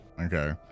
Okay